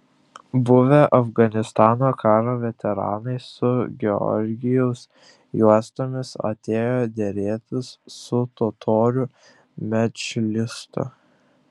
buvę afganistano karo veteranai su georgijaus juostomis atėjo derėtis su totorių medžlisu